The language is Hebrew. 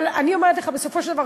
אבל אני אומרת לך: בסופו של דבר,